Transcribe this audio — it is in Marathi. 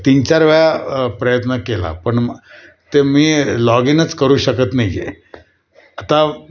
तीन चार वेळा प्रयत्न केला पण ते मी लॉग इनच करू शकत नाही आहे आता